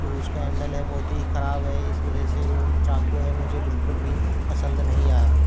जो उसका हैंडल है बहुत ही ख़राब है इस वजह से वो चाकू है मुझे बिल्कुल भी पसंद नहीं आया